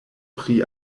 pri